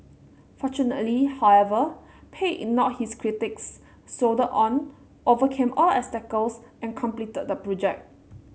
fortunately however Pei ignored his critics soldiered on overcame all obstacles and completed the project